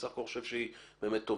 בסך הכול אני חושב שהיא באמת טובה.